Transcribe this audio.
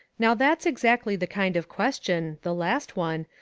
now that's exactly the kind of question, the last one,